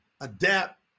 Adapt